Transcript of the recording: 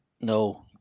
no